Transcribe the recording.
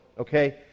Okay